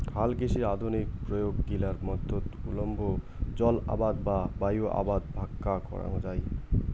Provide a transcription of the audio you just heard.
হালকৃষির আধুনিক প্রয়োগ গিলার মধ্যত উল্লম্ব জলআবাদ বা বায়ু আবাদ ভাক্কা করাঙ যাই